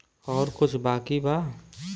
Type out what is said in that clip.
और कुछ बाकी बा?